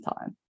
time